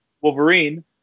Wolverine